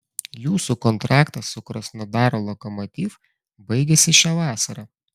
jūsų kontraktas su krasnodaro lokomotiv baigiasi šią vasarą